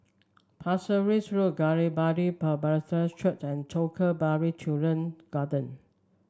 Pasir Ris Road Galilee Bible Presbyterian Church and Jacob Balla Children Garden